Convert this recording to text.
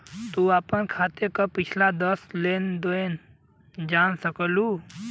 तू आपन खाते क पिछला दस लेन देनो जान सकलू